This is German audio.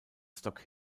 stock